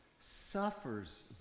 suffers